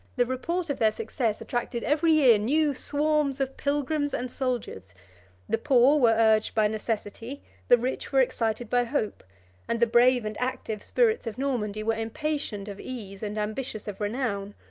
the report of their success attracted every year new swarms of pilgrims and soldiers the poor were urged by necessity the rich were excited by hope and the brave and active spirits of normandy were impatient of ease and ambitious of renown.